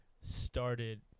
started